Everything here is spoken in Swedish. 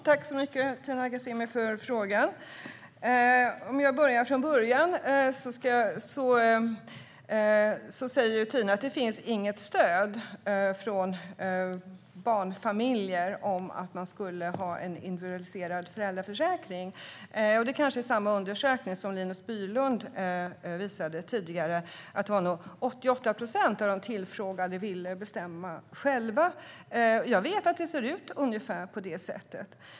Herr talman! Jag tackar Tina Ghasemi så mycket för frågan. Tina säger att det inte finns något stöd från barnfamiljer för en individualiserad föräldraförsäkring. Hon kanske syftar på samma undersökning som Linus Bylund visade tidigare, enligt vilken 88 procent av de tillfrågade ville bestämma själva. Ja, jag vet att det ser ut ungefär på det sättet.